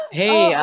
hey